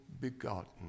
begotten